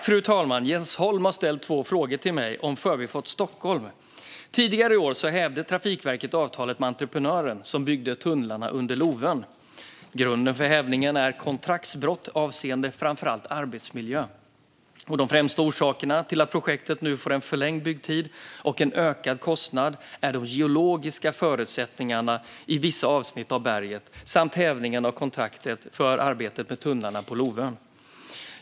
Fru talman! Jens Holm har ställt två frågor till mig om Förbifart Stockholm. Tidigare i år hävde Trafikverket avtalet med entreprenören som byggde tunnlarna under Lovön. Grunden för hävningen är kontraktsbrott avseende framför allt arbetsmiljö. De främsta orsakerna till att projektet nu får en förlängd byggtid och en ökad kostnad är de geologiska förutsättningarna i vissa avsnitt av berget samt hävningen av kontraktet för arbetet med tunnlarna under Lovön.